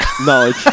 knowledge